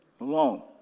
alone